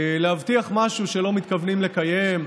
להבטיח משהו שלא מתכוונים לקיים,